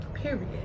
Period